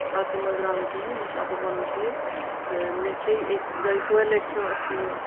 اَپزِ منٛز درٛاو نہٕ کِہیٖنۍ نہ چھِ اَپُز وَنُن ٹھیٖک تہٕ مےٚ کھیٚیہِ أکۍ دۄیہِ ژورِ لَٹہِ کھیو اَسہِ یہِ